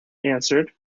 answered